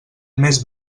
més